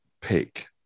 pick